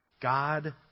God